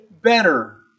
better